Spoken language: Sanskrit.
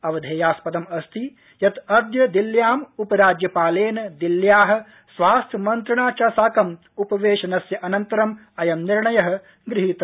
अवधेयास्पदम् अस्ति यत् अद्य दिल्ल्यां उपराज्यपालेन दिल्ल्याः स्वास्थ्य मन्त्रिणा च साकम् उपवेशनस्य अनन्तरं अयं निर्णय गृहीता